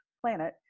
planet